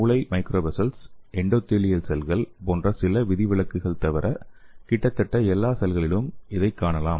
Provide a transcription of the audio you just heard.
மூளை microvessel endothelial செல்கள் போன்ற சில விதிவிலக்குகள் தவிர கிட்டத்தட்ட எல்லா செல்களிலும் இதைக் காணலாம்